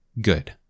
Good